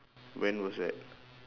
when was that